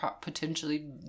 potentially